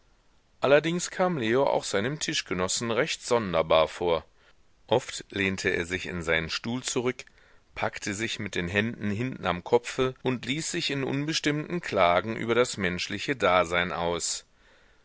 allerdings kam leo auch seinem tischgenossen recht sonderbar vor oft lehnte er sich in seinen stuhl zurück packte sich mit den händen hinten am kopfe und ließ sich in unbestimmten klagen über das menschliche dasein aus